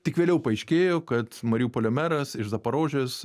tik vėliau paaiškėjo kad mariupolio meras iš zaporožės